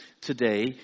today